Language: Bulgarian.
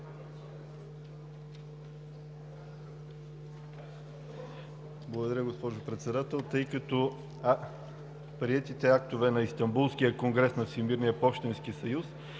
Благодаря, госпожо Председател. Тъй като приетите актове на Истанбулския конгрес на Всемирния пощенски съюз